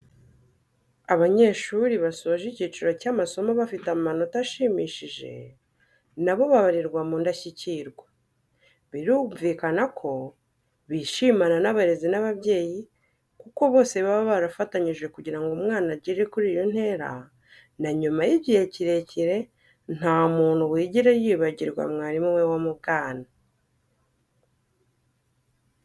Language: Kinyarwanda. Abanyeshuri bashoje icyiciro cy'amasomo bafite amanota ashimishije na bo babarirwa mu ndashyikirwa. Birumvikana bishimana n'abarezi n'ababyeyi, kuko bose baba barafatanyije kugira ngo umwana agere kuri iyo ntera, na nyuma y'igihe kirekire, nta muntu wigera yibagirwa mwarimu we wo mu bwana.